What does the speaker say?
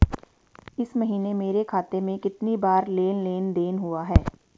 इस महीने मेरे खाते में कितनी बार लेन लेन देन हुआ है?